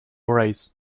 race